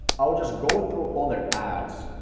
i would just go through all their ads,